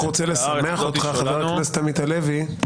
רק לשמח אותך חבר הכנסת עמית הלוי,